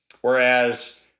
whereas